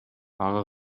ага